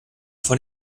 von